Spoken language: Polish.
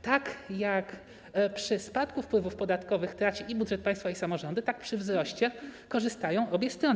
Tak jak przy spadku wpływów podatkowych traci i budżet państwa, i samorządy, tak przy wzroście również korzystają obie strony.